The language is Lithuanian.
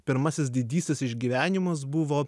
pirmasis didysis išgyvenimas buvo